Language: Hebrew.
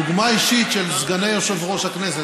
דוגמה אישית של סגני יושב-ראש הכנסת,